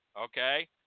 okay